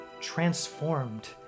transformed